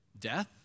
death